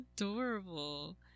adorable